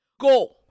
go